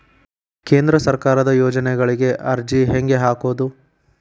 ಕೇಂದ್ರ ಸರ್ಕಾರದ ಯೋಜನೆಗಳಿಗೆ ಅರ್ಜಿ ಹೆಂಗೆ ಹಾಕೋದು?